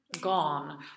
gone